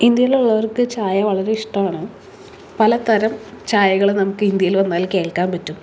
ഇന്ത്യയിലുള്ളവർക്ക് ചായ വളരെ ഇഷ്ടവാണ് പലതരം ചായകൾ നമുക്ക് ഇന്ത്യയിൽ വന്നാൽ കേൾക്കാൻ പറ്റും